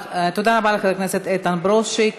תודה רבה לחבר הכנסת איתן ברושי.